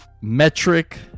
metric